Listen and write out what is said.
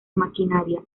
maquinaria